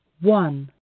one